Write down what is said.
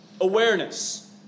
awareness